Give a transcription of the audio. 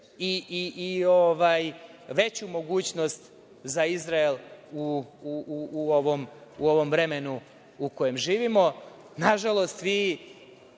i veću mogućnost za Izrael u ovom vremenu u kojem živimo. Nažalost, vi